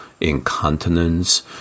incontinence